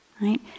right